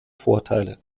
vorteile